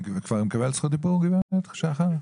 אם כן, אני דבר.